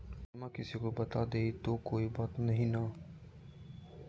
पिनमा किसी को बता देई तो कोइ बात नहि ना?